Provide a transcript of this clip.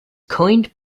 coined